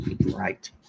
Right